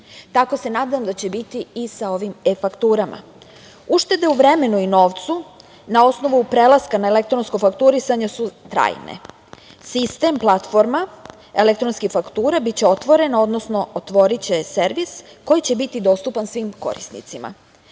Tako se nadam da će biti i sa ovim e-fakturama. Uštede u vremenu i novcu na osnovu prelaska na elektronsko fakturisanje su trajne. Sistem platforma elektronske fakture biće otvorena, odnosno otvoriće servis koji će biti dostupan svim korisnicima.